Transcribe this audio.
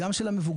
גם של המבוגר,